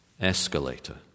escalator